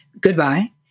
goodbye